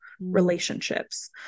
relationships